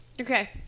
Okay